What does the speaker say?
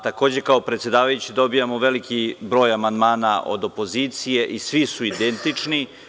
Takođe, kao predsedavajući dobijamo veliki broj amandmana od opozicije i svi su identični.